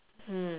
mm